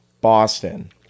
Boston